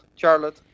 Charlotte